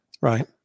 right